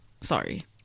Sorry